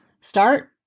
start